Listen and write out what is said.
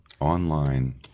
online